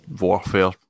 Warfare